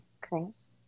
Chris